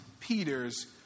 Peter's